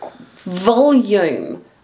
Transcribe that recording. volume